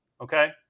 okay